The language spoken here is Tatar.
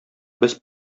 без